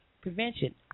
Prevention